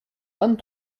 vingt